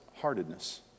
heartedness